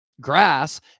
grass